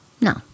No